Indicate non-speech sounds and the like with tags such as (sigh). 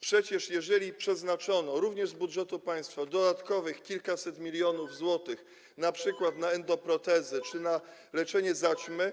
Przecież jeżeli przeznaczono również z budżetu państwa dodatkowe kilkaset milionów złotych (noise) np. na endoprotezy czy na leczenie zaćmy,